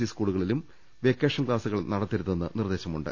E സ്കൂളുകളിലും vacation ക്ലാസുകൾ നടത്തരുതെന്ന് നിർദ്ദേശമുണ്ട്